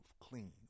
clean